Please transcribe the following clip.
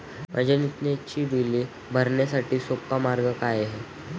माझी नित्याची बिले भरण्यासाठी सोपा मार्ग काय आहे?